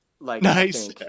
Nice